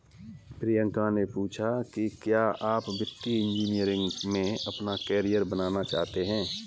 प्रियंका ने पूछा कि क्या आप वित्तीय इंजीनियरिंग में अपना कैरियर बनाना चाहते हैं?